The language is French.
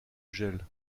gel